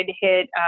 hit